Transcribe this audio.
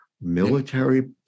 military